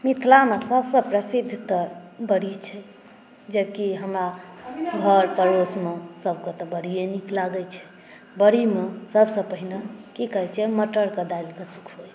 मिथिलामे सभसे प्रसिद्ध तऽ बड़ी छै जेकि हमरा घर पड़ोसमे सभक तऽ बड़िय नीक लागै छै बड़ीमे सभसे पहिने की करै छै मटरके दालिके सुखबै छै